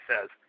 says